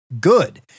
good